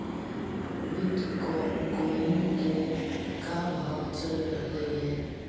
Bitcoin के का भाव चल रहलई हे?